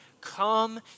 come